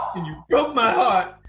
broke my heart!